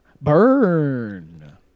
Burn